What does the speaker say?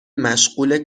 مشغول